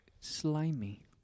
Slimy